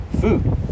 food